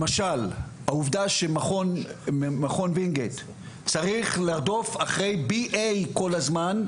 למשל העובדה שמכון וינגייט צריך לרדוף אחרי BA כל הזמן,